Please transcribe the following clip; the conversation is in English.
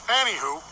Anywho